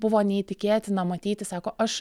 buvo neįtikėtina matyti sako aš